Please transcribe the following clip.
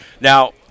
now